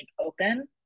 open